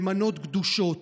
במנות גדושות.